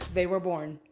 they were born.